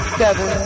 seven